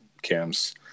Cam's